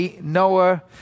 noah